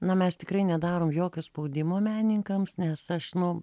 na mes tikrai nedarom jokio spaudimo meninkams nes aš nu